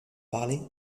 parler